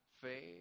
faith